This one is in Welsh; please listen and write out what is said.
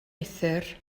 uthr